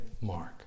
mark